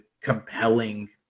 compelling